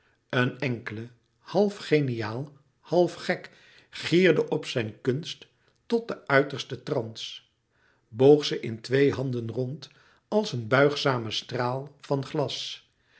een enkele half geniaal half gek gierde op zijn kunst tot den uitersten trans boog ze in twee handen rond als een buigzamen straal van glas